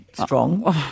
strong